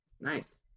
Nice